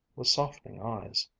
with softening eyes.